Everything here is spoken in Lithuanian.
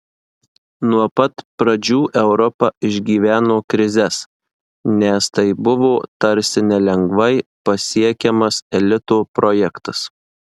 nuo pat pradžių europa išgyveno krizes nes tai buvo tarsi nelengvai pasiekiamas elito projektas